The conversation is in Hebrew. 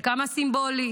וכמה סימבולי